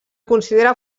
considera